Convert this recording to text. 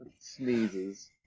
Sneezes